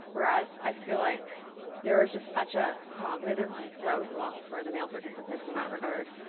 whereas i feel like there was just such a cognitive roadblock for the male participants in that regard.